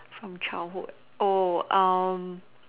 from childhood oh um